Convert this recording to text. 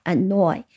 Annoy